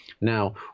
Now